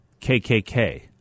KKK